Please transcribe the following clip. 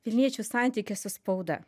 vilniečių santykį su spauda